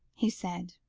he said.